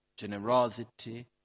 Generosity